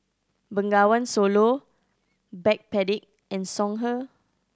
Bengawan Solo Backpedic and Songhe